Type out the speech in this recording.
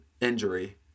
injury